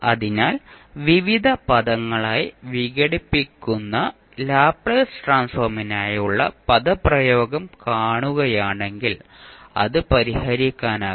അതിനാൽ വിവിധ പദങ്ങളായി വിഘടിപ്പിക്കുന്ന ലാപ്ലേസ് ട്രാൻസ്ഫോർമിനായുള്ള പദപ്രയോഗം കാണുകയാണെങ്കിൽ അത് പരിഹരിക്കാനാകും